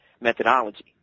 methodology